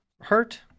hurt